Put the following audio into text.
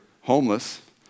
homeless